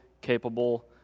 capable